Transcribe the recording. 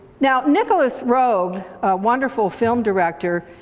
now nicolas roeg, a wonderful film director,